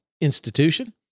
institution